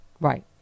Right